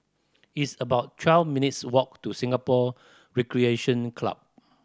it's about twelve minutes' walk to Singapore Recreation Club